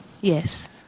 Yes